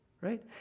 right